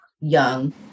young